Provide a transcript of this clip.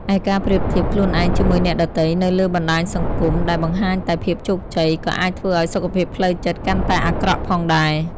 ឯការប្រៀបធៀបខ្លួនឯងជាមួយអ្នកដទៃនៅលើបណ្តាញសង្គមដែលបង្ហាញតែភាពជោគជ័យ ក៏អាចធ្វើឱ្យសុខភាពផ្លូវចិត្តកាន់តែអាក្រក់ផងដែរ។